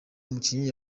umukinnyi